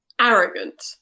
arrogant